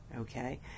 Okay